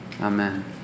Amen